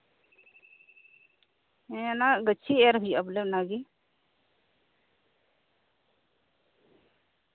ᱦᱮᱸ ᱚᱱᱟ ᱜᱟᱹᱪᱷᱤ ᱮᱨ ᱦᱩᱭᱩᱜᱼᱟ ᱵᱚᱞᱮ ᱚᱱᱟᱜᱮ